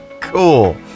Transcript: cool